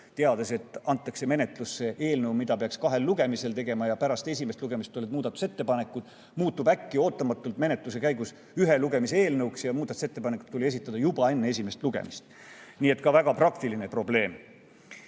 teadsid, et antakse menetlusse eelnõu, mida peaks [menetlema] kahel lugemisel ja pärast esimest lugemist tulevad muudatusettepanekud, aga see muutus ootamatult menetluse käigus ühe lugemise eelnõuks ja muudatusettepanekud tuli esitada juba enne esimest lugemist. Nii et oli ka väga praktiline probleem.